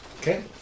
Okay